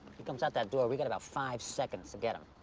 he comes out that door, we got about five seconds to get him,